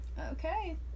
Okay